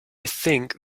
think